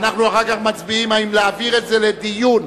מצביעים האם להעביר אותה לדיון.